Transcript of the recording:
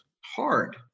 hard